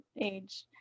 age